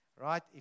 right